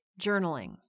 journaling